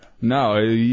No